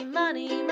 money